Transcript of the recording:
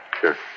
sure